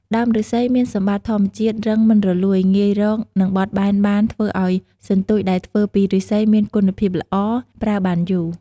ដើមឬស្សីមានសម្បត្តិធម្មជាតិ រឹង មិនរលួយ ងាយរក និងបត់បែនបាន ធ្វើឲ្យសន្ទូចដែលធ្វើពីឬស្សីមានគុណភាពល្អ ប្រើបានយូរ។